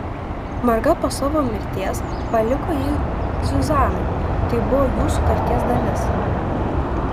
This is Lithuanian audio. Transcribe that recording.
marga po savo mirties paliko jį zuzanai tai buvo jų sutarties dalis